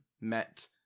Met